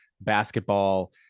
basketball